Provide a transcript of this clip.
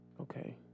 Okay